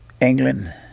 England